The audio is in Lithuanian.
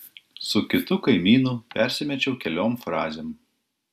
su kitu kaimynu persimečiau keliom frazėm